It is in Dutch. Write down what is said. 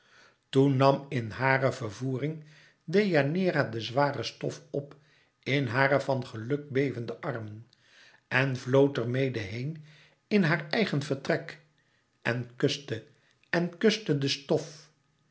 toen nam in hare vervoering deianeira de zware stof op in hare van geluk bevende armen en vlood er mede heen in haar eigen vertrek en kuste en kuste de stof